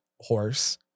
horse